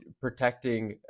protecting